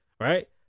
Right